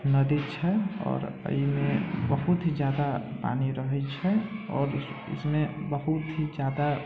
नदी छै आओर एहिमे बहुत ही जादा पानी रहैत छै आओर ईसमे बहुत ही जादा